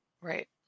right